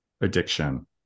addiction